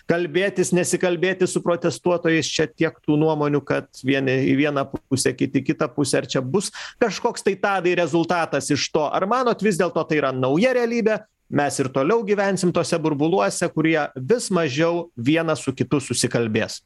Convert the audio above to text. kalbėtis nesikalbėti su protestuotojais čia tiek tų nuomonių kad vieni į vieną pusę kiti kitą pusę ar čia bus kažkoks tai tadai rezultatas iš to ar manot vis dėlto tai yra nauja realybė mes ir toliau gyvensim tuose burbuluose kurie vis mažiau vienas su kitu susikalbės